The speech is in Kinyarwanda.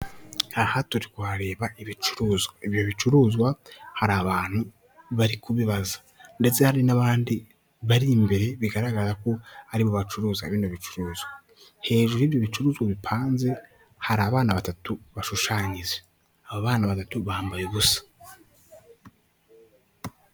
Aha turi kureba ibicuruzwa, ibi bicuruzwa hari abantu bari kubibaza ndetse hari n'abandi bari imbere bigaragara ko aribo bacuruza bino bicuruzwa, hejuru y'ibi bicuruzwa bipanze hari abana batatu bashushanyije aba bana batatu bambaye ubusa.